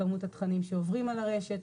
כמות התכנים שעוברים על הרשת,